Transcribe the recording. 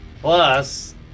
plus